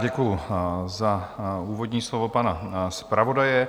Děkuji za úvodní slovo pan zpravodaje.